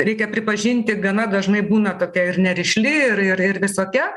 reikia pripažinti gana dažnai būna tokia ir nerišli ir ir ir visokia